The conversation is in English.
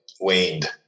waned